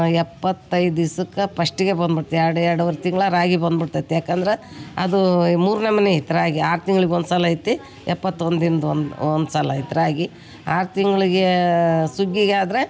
ಎಪ್ಪತೈದು ದಿವ್ಸಕ್ಕೆ ಫಸ್ಟಿಗೆ ಬಂದುಬಿಡ್ತೆ ಎರಡು ಎರಡುವರೆ ತಿಂಗಳು ರಾಗಿ ಬಂದುಬಿಡ್ತೈತೆ ಯಾಕಂದ್ರೆ ಅದು ಮೂರು ನಮೂನಿ ಇತ್ತು ರಾಗಿ ಆರು ತಿಂಗ್ಳಿಗೆ ಒಂದುಸಲ ಐತಿ ಎಪ್ಪತ್ತೊಂದು ದಿನ್ದೊಂದು ಒಂದು ಒಂದುಸಲ ಐತಿ ರಾಗಿ ಆರು ತಿಂಗಳಿಗೆ ಸುಗ್ಗಿಗಾದ್ರೆ